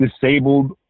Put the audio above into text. disabled